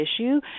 issue